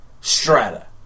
strata